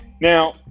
Now